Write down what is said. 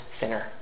sinner